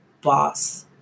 Boss